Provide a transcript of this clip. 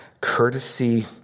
courtesy